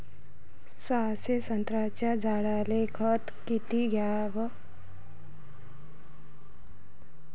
सहाशे संत्र्याच्या झाडायले खत किती घ्याव?